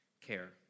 care